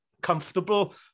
comfortable